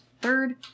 third